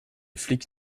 flic